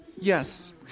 Yes